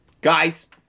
Guys